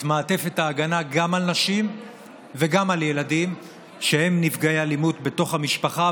את מעטפת ההגנה גם על נשים וגם על ילדים שהם נפגעי אלימות בתוך המשפחה,